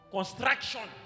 Construction